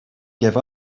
give